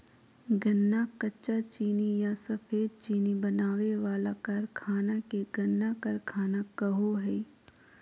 गन्ना कच्चा चीनी या सफेद चीनी बनावे वाला कारखाना के गन्ना कारखाना कहो हइ